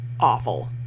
awful